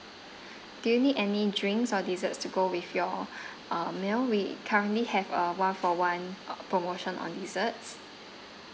do you need any drinks or desserts to go with your uh meal we currently have a one for one uh promotion on desserts